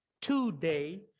today